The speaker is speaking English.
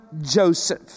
Joseph